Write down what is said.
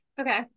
Okay